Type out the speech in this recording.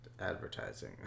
advertising